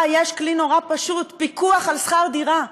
יש כלי נורא פשוט: פיקוח על שכר דירה.